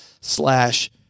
slash